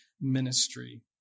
ministry